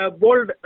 bold